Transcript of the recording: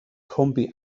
kombi